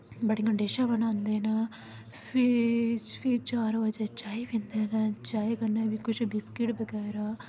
बड़ियां डिशां बनांदे न फिर चार बजे चाए पींदे न चाए कन्नें बी कुछ बिस्किट बगैरा खंदे